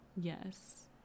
Yes